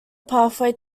pathway